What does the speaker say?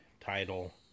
title